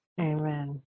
Amen